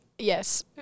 Yes